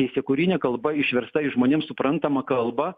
teisėkūrinė kalba išversta į žmonėm suprantamą kalbą